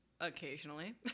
Occasionally